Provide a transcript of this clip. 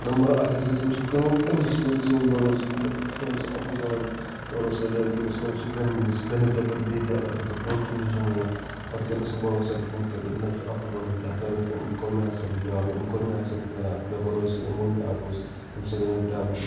number اَکھ حظ گَژھِ اَمہِ سۭتۍ کٲم بَروس دوٚپُن یہِ حظ چھُ اَپُز وَنان بَروس حظ ڈَلہِ تٔمِس سُہ بَنہِ نہٕ سُہ کَرِ نہٕ ژےٚ پٮ۪ٹھ بیٚیہِ تہِ اگر پَتہٕ پوٚز تٔمِس چھِ وَنان پَتہٕ کٔرِو نہٕ سُہ بَروس ژےٚ پٮ۪ٹھ نہٕ کینٛہہ تَمہِ نہ حظ چھِ اَپُز وَنان کیٛاہ کَرٕ أمِس چھُنہٕ أمۍ کوٚر مےٚ اَکہِ ساتَن پرٛابلِم کوٚر مےٚ اَکہِ ساتَن بے بَروسی أمۍ ووٚن مےٚ اَپُز تَمہِ سۭتۍ گٔے مےٚ پرٛابلِم